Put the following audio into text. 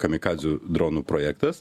kamikadzių dronų projektas